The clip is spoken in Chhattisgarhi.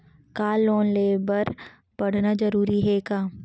का लोन ले बर पढ़ना जरूरी हे का?